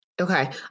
Okay